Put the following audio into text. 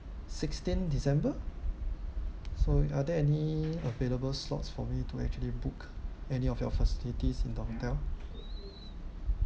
sixteen december so are there any available slots for me to actually book any of your facilities in the hotel